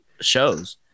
shows